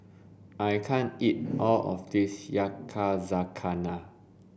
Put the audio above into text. I can't eat all of this Yakizakana